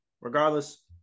Regardless